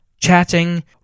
chatting